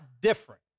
different